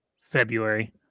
February